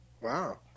Wow